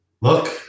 Look